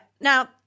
Now